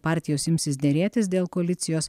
partijos imsis derėtis dėl koalicijos